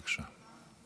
בבקשה.